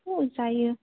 अ जायो